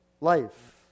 life